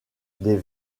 des